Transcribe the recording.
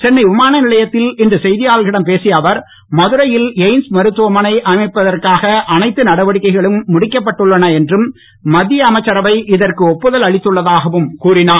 சென்னை விமானநியைலத்தில் இன்று செய்தியாளர்களிடம் பேசிய அவர் மதுரையில் எய்ம்ஸ் மருத்துவமனை அமைப்பதற்காக அனைத்து நடவடிக்கைகளும் முடிக்கப்பட்டுள்ளன என்றும் மத்திய அமைச்சரவை இதற்கு ஒப்புதல் அளித்துள்ள தாகவும் கூறிஞர்